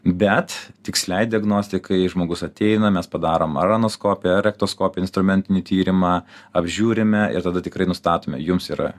bet tiksliai diagnostikai žmogus ateina mes padarom aranoskopiją ar rektoskopiją instrumentinį tyrimą apžiūrime ir tada tikrai nustatome jums yra